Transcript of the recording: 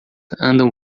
andam